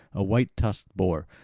a white-tusked boar,